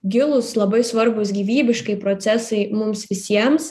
gilūs labai svarbūs gyvybiškai procesai mums visiems